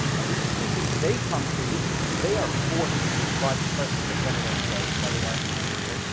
and the decision they come to when they are forced by the presence of runaway slaves, by the arrival of runaway slaves,